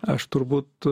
aš turbūt